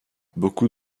beaucoup